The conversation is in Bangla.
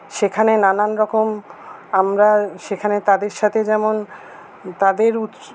সেখানে নানানরকম আমরা সেখানে তাদের সাথে যেমন তাদের